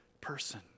person